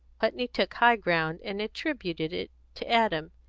putney took high ground, and attributed it to adam.